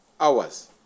hours